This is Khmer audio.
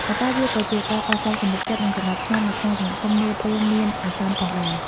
ប៉ុន្តែវាក៏ជាការកសាងទំនុកចិត្ត និងសណ្ដាប់ធ្នាប់នៅក្នុងសហគមន៍នាពេលមានអាសន្នផងដែរ។